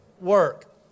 work